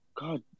God